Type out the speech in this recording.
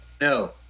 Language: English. No